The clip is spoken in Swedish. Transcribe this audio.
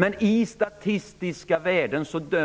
Men i statistiska värden